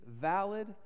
valid